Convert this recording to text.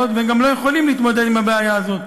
והם גם לא יכולים להתמודד עם הבעיה הזאת.